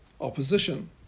opposition